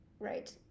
Right